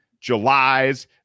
Julys